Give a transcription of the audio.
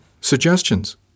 Suggestions